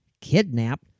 kidnap